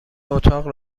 اتاق